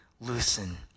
loosen